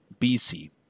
BC